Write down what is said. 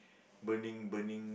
burning burning